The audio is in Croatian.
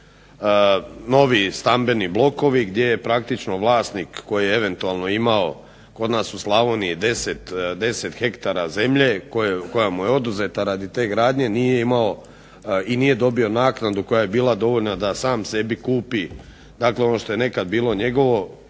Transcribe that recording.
novi stambeni blokovi gdje je praktično vlasnik koji je eventualno imao kod nas u Slavoniji 10 hektara zemlje koja mu je oduzeta radi te gradnje nije dobio naknadu koja je bila dovoljna da sam sebi kupi dakle ono što je nekad bilo njegovo